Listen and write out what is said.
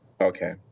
okay